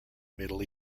middle